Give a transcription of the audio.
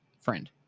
friend